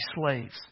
slaves